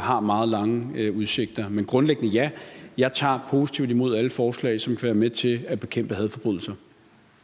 har meget lange udsigter. Men grundlæggende ja, jeg tager positivt imod alle forslag, som kan være med til at bekæmpe hadforbrydelser.